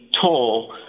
toll